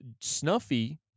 Snuffy